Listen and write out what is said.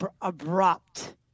abrupt